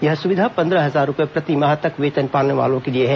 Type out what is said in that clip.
यह सुविधा पन्द्रह हजार रुपए प्रतिमाह तक वेतन पाने वालों के लिए है